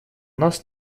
нас